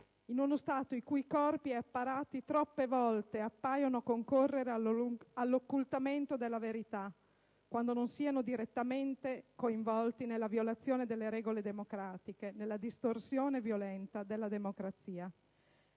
in uno Stato i cui corpi e apparati troppe volte appaiono concorrere all'occultamento della verità, quando non siano direttamente coinvolti nella violazione delle regole democratiche, nella distorsione violenta della democrazia.